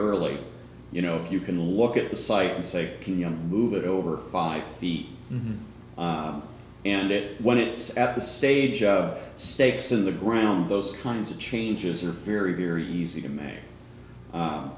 early you know if you can look at the site and say can you move it over five feet and it when it's at the stage of stakes in the ground those kinds of changes are very very easy to ma